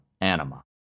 anima